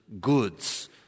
goods